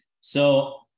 So-